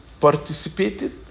participated